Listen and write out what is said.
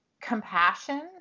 compassion